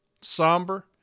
somber